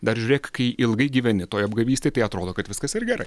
dar žiūrėk kai ilgai gyveni toje apgavystė tai atrodo kad viskas gerai